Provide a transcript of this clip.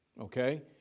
okay